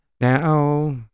Now